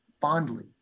fondly